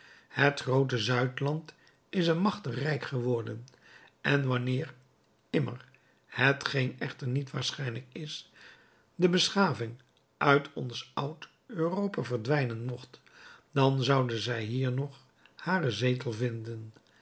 het groote zuidland is een machtig rijk geworden en wanneer immer hetgeen echter niet waarschijnlijk is de beschaving uit ons oud europa verdwijnen mocht dan zoude zij hier nog haren zetel vinden